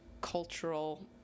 cultural